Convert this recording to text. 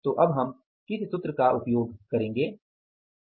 तो अब हम किस सूत्र का उपयोग करेंगे